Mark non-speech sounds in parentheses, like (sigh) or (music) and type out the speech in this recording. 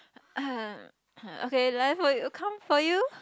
(noise) okay lai for you come for you